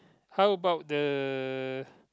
how about the